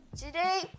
today